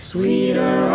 Sweeter